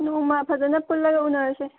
ꯅꯣꯡꯃ ꯐꯖꯅ ꯄꯨꯜꯂꯒ ꯎꯟꯅꯔꯁꯦ